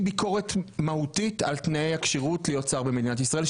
ביקורת מהותית על תנאי הכשירות להיות שר במדינת ישראל,